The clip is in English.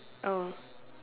oh